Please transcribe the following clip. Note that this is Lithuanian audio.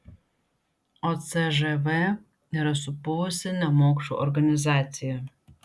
o cžv yra supuvusi nemokšų organizacija